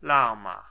lerma